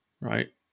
right